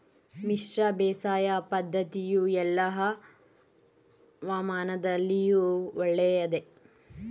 ಮಿಶ್ರ ಬೇಸಾಯ ಪದ್ದತಿಯು ಎಲ್ಲಾ ಹವಾಮಾನದಲ್ಲಿಯೂ ಒಳ್ಳೆಯದೇ?